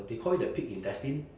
they call it the pig intestine